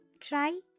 try